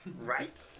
Right